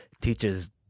teachers